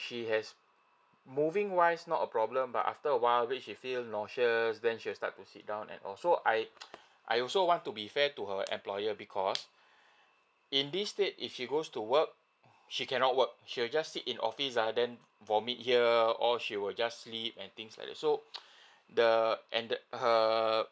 she has moving wise not a problem but after awhile when she feel nauseous then she will start to sit down and all so I I also want to be fair to her employer because in this state if she goes to work she cannot work she'll just sit in office uh then vomit here or she will just sleep and things like that so the ended her